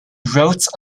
wrote